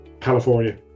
California